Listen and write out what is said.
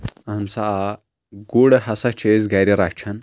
اہن سا آ گُر ہسا چھِ أسۍ گرِ رچھان